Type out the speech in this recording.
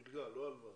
מלגה, לא הלוואה.